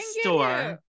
store